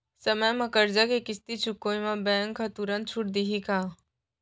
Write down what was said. समय म करजा के किस्ती चुकोय म बैंक तुरंत छूट देहि का?